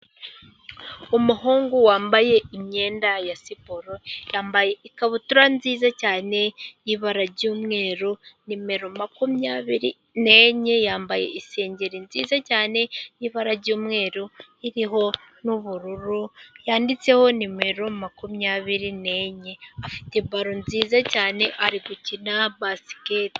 Umuhungu wambaye imyenda ya siporo, yambaye ikabutura nziza cyane y'ibara ry'umweru, nimero makumyabiri nenye, yambaye isengeri nziza cyane y'ibara ry'umweru, iriho n'ubururu yanditseho nimero makumyabiri nenye, afite baro nziza cyane ari gukina basiketi.